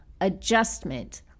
adjustment